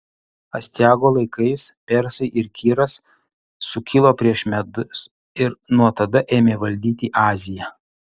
astiago laikais persai ir kyras sukilo prieš medus ir nuo tada ėmė valdyti aziją